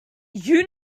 you